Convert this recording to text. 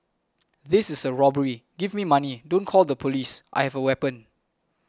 this is a robbery give me money don't call the police I have a weapon